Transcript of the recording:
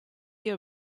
your